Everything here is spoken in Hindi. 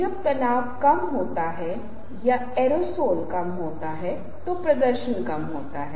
अब मुद्दा यह है कि यहाँ कुछ और भी शामिल है जो ड्रेस कोड है